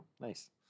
Nice